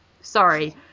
sorry